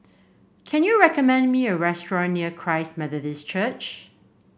can you recommend me a restaurant near Christ Methodist Church